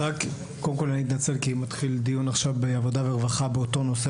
קודם כל אני מתנצל כי מתחיל דיון עכשיו בוועדת עבודה ורווחה באותו נושא.